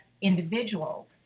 individuals